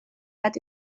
bat